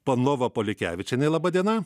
panova polikevičienė laba diena